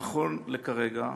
נכון לעכשיו,